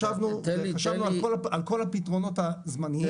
ישבנו וחשבנו על כל הפתרונות הזמניים.